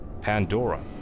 Pandora